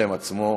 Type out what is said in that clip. בשם עצמו.